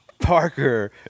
Parker